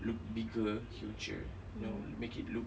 look bigger huger you know make it look